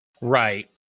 right